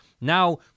Now